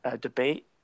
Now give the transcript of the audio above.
debate